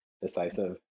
decisive